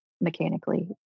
mechanically